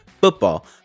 Football